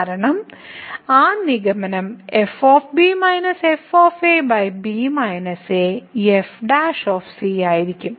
കാരണം ആ നിഗമനം ആയിരിക്കും